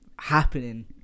happening